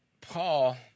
Paul